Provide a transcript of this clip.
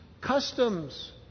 customs